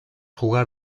jugar